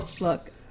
Look